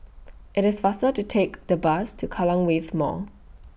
IT IS faster to Take The Bus to Kallang Wave Mall